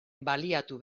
baliatu